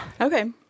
Okay